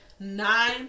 nine